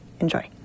enjoy